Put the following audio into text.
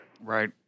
Right